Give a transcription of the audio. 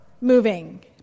moving